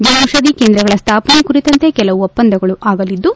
ಜನೌಷಧಿ ಕೇಂದ್ರಗಳ ಸ್ಥಾಪನೆ ಕುರಿತಂತೆ ಕೆಲವು ಒಪ್ಪಂದಗಳು ಆಗಲಿದ್ದು